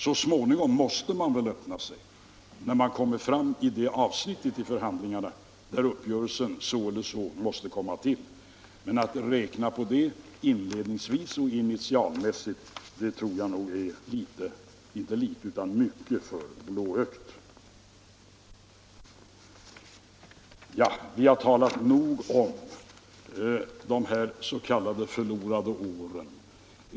Så småningom måste de väl öppna sig, när de är framme vid det avsnitt i förhandlingarna där uppgörelsen så eller så måste komma till, men att räkna på det inledningsvis och initialmässigt tror jag är inte litet utan mycket för blåögt. Vi har talat nog om de härs.k. förlorade åren.